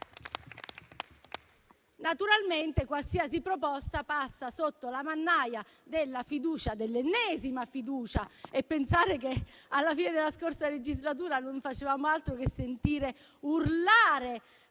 Naturalmente, qualsiasi proposta passa sotto la mannaia dell'ennesima fiducia. Pensare che alla fine della scorsa legislatura non facevamo altro che sentire urlare